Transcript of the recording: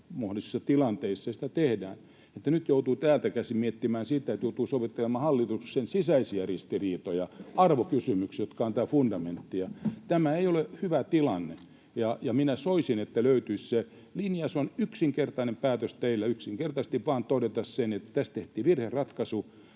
mahdollisissa tilanteissa sitä tehdään — mutta nyt joutuu täältä käsin miettimään sitä, että joutuu sovittelemaan hallituksen sisäisiä ristiriitoja, arvokysymyksiä, jotka antavat fundamenttia. Tämä ei ole hyvä tilanne. Ja minä soisin, että löytyisi se linja. Se on yksinkertainen päätös teille yksinkertaisesti vain todeta se, että tässä tehtiin virheratkaisu